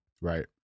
right